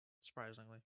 surprisingly